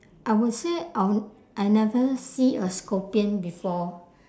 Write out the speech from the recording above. I would say I would I never see a scorpion before